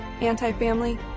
anti-family